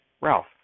Ralph